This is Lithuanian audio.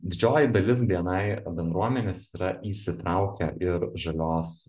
didžioji dalis bni bendruomenės yra įsitraukę ir žalios